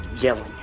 yelling